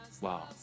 wow